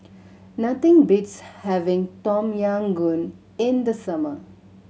nothing beats having Tom Yam Goong in the summer